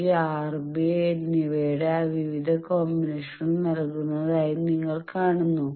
ഈ R b എന്നിവയുടെ വിവിധ കോമ്പിനേഷനുകൾ നൽകിയതായി നിങ്ങൾ കാണുന്നു